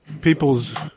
people's